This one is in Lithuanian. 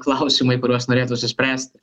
klausimai kuriuos norėtųsi spręsti